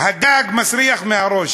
הדג מסריח מהראש,